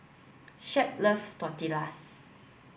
Shep loves Tortillas